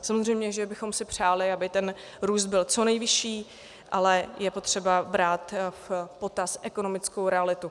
Samozřejmě že bychom si přáli, aby ten růst byl co nejvyšší, ale je potřeba brát v potaz ekonomickou realitu.